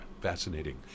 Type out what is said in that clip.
fascinating